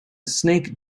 snake